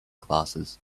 classes